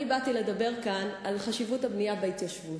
אני באתי לדבר כאן על חשיבות הבנייה בהתיישבות.